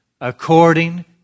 according